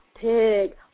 pig